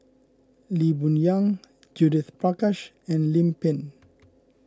Lee Boon Yang Judith Prakash and Lim Pin